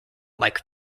like